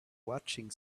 watching